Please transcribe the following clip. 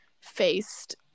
faced